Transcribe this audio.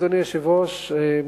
אדוני היושב-ראש,